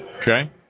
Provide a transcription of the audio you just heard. Okay